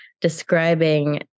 describing